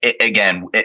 again